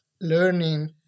learning